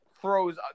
throws